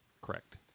Correct